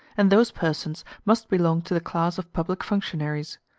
and those persons must belong to the class of public functionaries.